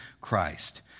Christ